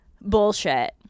bullshit